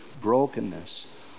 brokenness